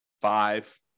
five